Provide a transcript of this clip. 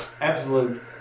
absolute